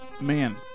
Man